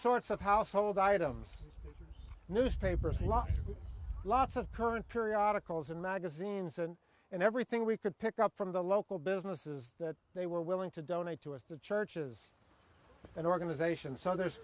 sorts of household items newspapers lots lots of current periodicals and magazines and in everything we could pick up from the local businesses that they were willing to donate to us the churches an organization so there's